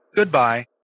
Goodbye